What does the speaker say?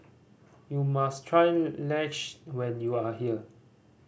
you must try Lasagne when you are here